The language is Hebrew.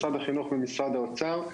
משרד החינוך ומשרד האוצר.